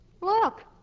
look